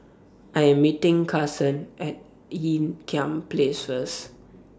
I Am meeting Kason At Ean Kiam Place First